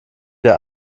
der